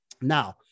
Now